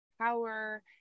power